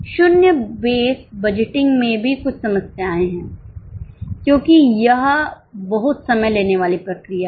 शून्य base budgeting में भी कुछ समस्याएं हैं क्योंकि यह बहुत समय लेने वाली प्रक्रिया है